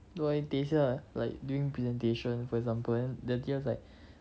如果你等下 like during presentation for example then the teacher's like